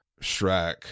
Shrek